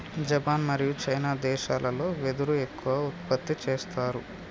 Japan మరియు China దేశాలల్లో వెదురు ఎక్కువ ఉత్పత్తి చేస్తారు